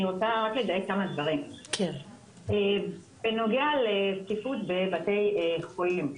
אני רוצה רק לדייק כמה דברים בנוגע לזקיפות בבתי חולים.